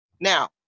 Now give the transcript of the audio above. Now